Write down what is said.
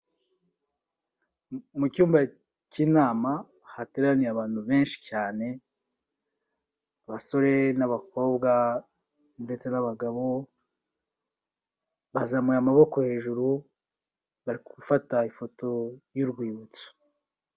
Mu cyumba cy'inama, hateraniye abantu benshi cyane, abasore n'abakobwa ndetse n'abagabo, bazamuye amaboko hejuru, bari gufata ifoto y'urwibutso.